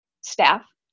staff